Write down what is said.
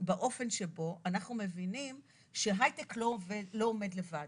באופן שבו אנחנו מבינים שהייטק לא עומד לבד.